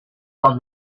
from